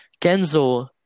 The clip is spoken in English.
Kenzo